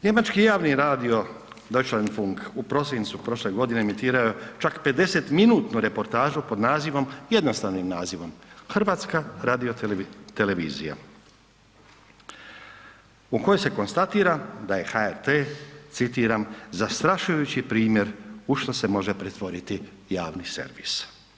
Njemački javni radio, Deutsche funk u prosincu prošle godine je emitirao čak 50-minutnu reportažu pod nazivom, jednostavnom nazivom, „Hrvatska radio televizija“ u kojoj se konstatira da je HRT, citiram „Zastrašujući primjer u šta se može pretvoriti javni servis“